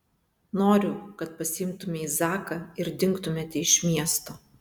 noriu kad pasiimtumei zaką ir dingtumėte iš miesto